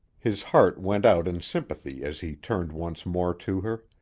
his heart went out in sympathy as he turned once more to her.